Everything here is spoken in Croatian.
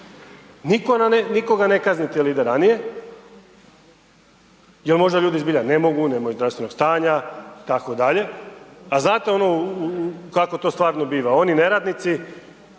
nikoga ne kazniti jer ide ranije, jer možda ljudi zbilja ne mogu, nemaju zdravstvenog stanja itd.. A znate ono kako to stvarno biva? Oni neradnici